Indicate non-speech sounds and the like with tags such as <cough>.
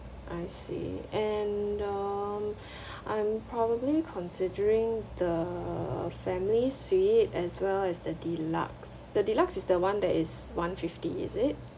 I see and um <breath> I'm probably considering the family suite as well as the deluxe the deluxe is the one that is one fifty is it